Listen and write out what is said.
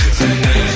tonight